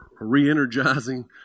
re-energizing